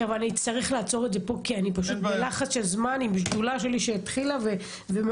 צריך לעצור פה כי אני פשוט בלחץ של זמן עם שדולה שלי שהתחילה ומאוד